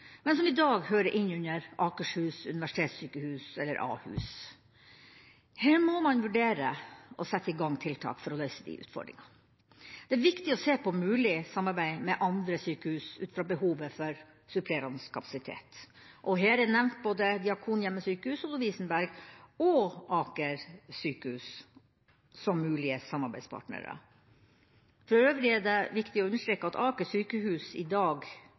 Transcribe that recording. men som i dag hører inn under Akershus universitetssykehus, Ahus. Her må man vurdere å sette i gang tiltak for å løse de utfordringene. Det er viktig å se på mulig samarbeid med andre sykehus ut fra behovet for supplerende kapasitet. Her er nevnt både Diakonhjemmet, Lovisenberg og Aker sykehus som mulige samarbeidspartnere. For øvrig er det viktig å understreke at Aker sykehus i dag